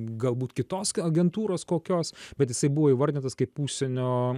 galbūt kitos agentūros kokios bet jisai buvo įvardintas kaip užsienio